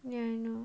ya I know